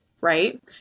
right